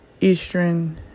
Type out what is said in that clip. eastern